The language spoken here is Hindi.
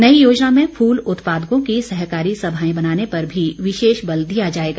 नई योजना में फूल उत्पादकों की सहकारी सभाएं बनाने पर भी विशेष बल दिया जाएगा